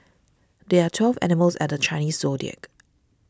there are twelve animals at the Chinese zodiac